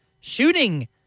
shooting